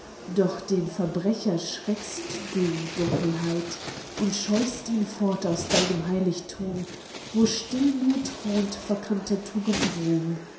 doch den verbrecher schreckst du dunkelheit und scheuchst ihn fort aus deinem heiligtum wo still nur thront verkannter tugend ruhm